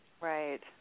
Right